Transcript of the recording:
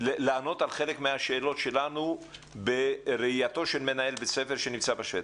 לענות על חלק מהשאלות שלנו מבחינת הראייה של מנהל בית ספר שנמצא בשטח.